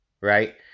right